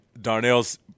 Darnell's